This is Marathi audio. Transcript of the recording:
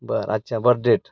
बरं अच्छा बर्डेट